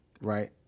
right